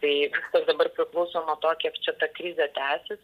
tai viskas dabar priklauso nuo to kiek čia ta krizė tęsis